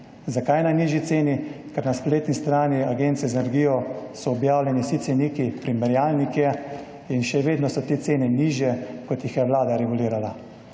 Zakaj najnižji ceni? Ker na spletni strani Agencije za energijo so objavljeni vsi ceniki in primerjalnik, še vedno pa so te cene nižje, kot jih je vlada regulirala.